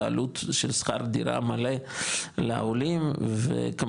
בעלות של שכר דירה מלא לעולים וכמובן,